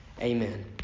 amen